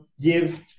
give